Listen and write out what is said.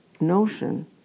notion